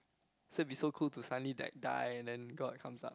so it'll be so cool to suddenly like die and then god comes up